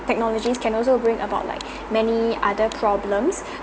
technologies can also bring about like many other problems